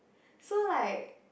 so like